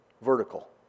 vertical